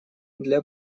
для